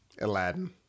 Aladdin